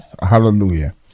Hallelujah